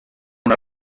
una